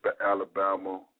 Alabama